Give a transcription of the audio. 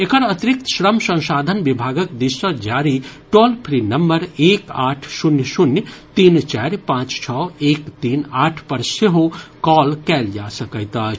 एकर अतिरिक्त श्रम संसाधन विभागक दिस सॅ जारी टोल फ़ी नंबर एक आठ शून्य शून्य तीन चारि पांच छओ एक तीन आठ पर सेहो कॉल कयल जा सकैत अछि